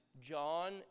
John